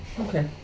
Okay